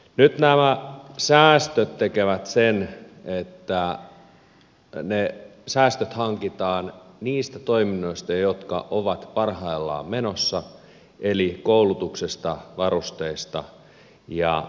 nyt nämä säästöt tekevät sen että ne säästöt hankitaan niistä toiminnoista jotka ovat parhaillaan menossa eli koulutuksesta varusteista ja kertausharjoituksista